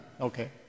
okay